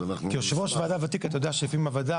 כיושב ראש ועדה ותיק אתה יודע שלפעמים הוועדה